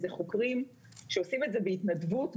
אלה חוקרים שעושים את זה בהתנדבות,